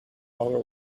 over